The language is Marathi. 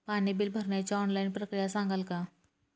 पाणी बिल भरण्याची ऑनलाईन प्रक्रिया सांगाल का?